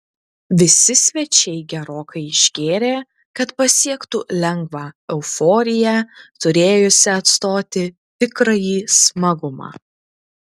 visi svečiai gerokai išgėrė kad pasiektų lengvą euforiją turėjusią atstoti tikrąjį smagumą